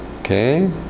okay